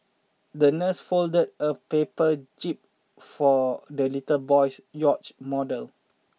the nurse folded a paper jib for the little boy's yacht model